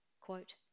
quote